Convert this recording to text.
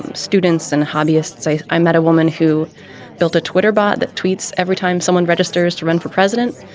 um students and hobbyists say i met a woman who built a twitter board that tweets every time someone registers to run for president.